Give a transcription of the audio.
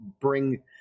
bring –